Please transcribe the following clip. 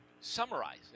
Summarize